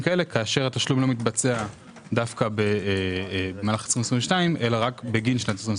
כשהתשלום לא מתבצע ב-22' אלא בגין 22'